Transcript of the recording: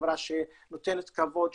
חברה שנותנת כבוד,